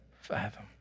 fathom